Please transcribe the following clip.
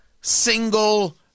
single